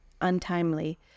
untimely